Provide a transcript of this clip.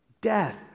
Death